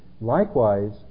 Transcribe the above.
Likewise